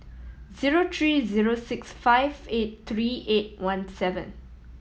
zero three zero six five eight three eight one seven